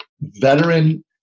veteran